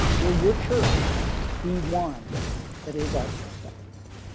will your church be one that is also stepping up